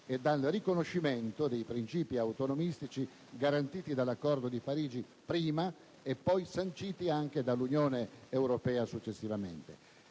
e al riconoscimento dei principi autonomistici garantiti dall'Accordo di Parigi, prima, e poi sanciti anche dall'Unione europea. È cresciuta